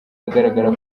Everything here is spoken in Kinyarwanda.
ahagaragara